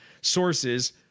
sources